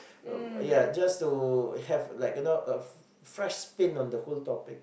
um ya just to have like you know a fresh spin on the whole topic